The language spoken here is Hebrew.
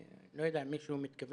ואני לא יודע אם מישהו מתכוון